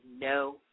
no